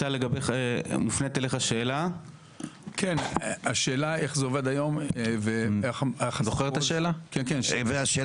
לשאלה איך זה עובד היום --- אני גם מבקש